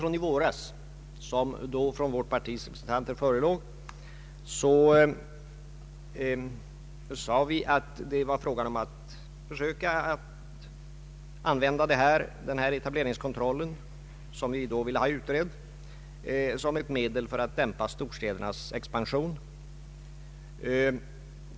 I den reservation från vårt partis representanter, som förelåg i våras, sade vi att det gällde att försöka använda etableringskontrollen, som vi då ville ha utredd, som ett medel att dämpa storstädernas expansion.